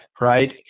right